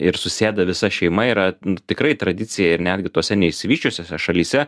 ir susėda visa šeima yra tikrai tradicija ir netgi tose neišsivysčiusiose šalyse